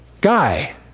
guy